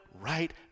right